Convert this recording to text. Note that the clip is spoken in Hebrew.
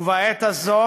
ובעת הזו